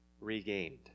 regained